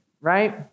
right